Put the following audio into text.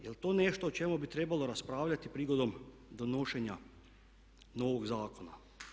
Jel' to nešto o čemu bi trebalo raspravljati prigodom donošenja novog zakona?